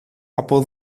από